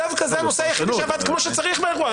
זה דווקא הנושא היחיד שעבד כמו שצריך באירוע.